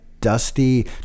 dusty